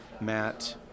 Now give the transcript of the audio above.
Matt